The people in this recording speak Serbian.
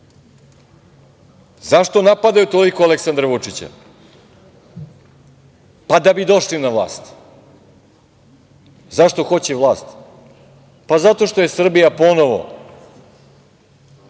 napadaju toliko Aleksandra Vučića? Pa, da bi došli na vlast. Zašto hoće vlast? Pa, zato što je Srbija ponovo